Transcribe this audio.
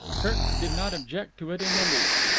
kirk did not object to it in the least.